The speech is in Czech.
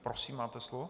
Prosím, máte slovo.